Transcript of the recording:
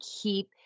keep